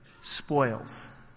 Spoils